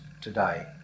today